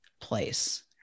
place